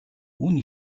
үнэ